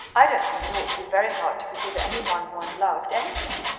i don't think it ought to be very hard to forgive any one one loved, anything.